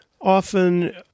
often